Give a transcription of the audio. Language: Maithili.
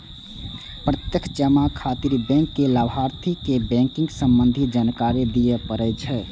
प्रत्यक्ष जमा खातिर बैंक कें लाभार्थी के बैंकिंग संबंधी जानकारी दियै पड़ै छै